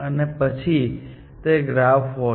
અને પછી તે ગ્રાફ હોત